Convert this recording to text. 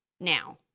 now